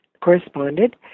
corresponded